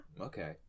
Okay